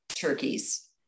turkeys